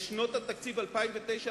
בשנות התקציב 2010-2009,